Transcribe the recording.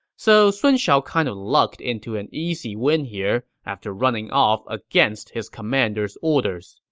so sun shao kind of lucked into an easy win here after running off against his commander's orders.